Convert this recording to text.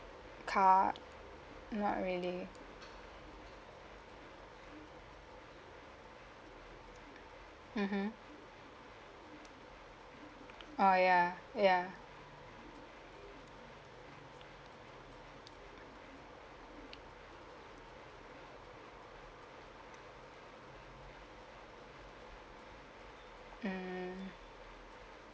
car not really mmhmm oh ya ya mm